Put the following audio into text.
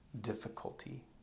difficulty